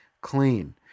clean